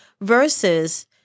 versus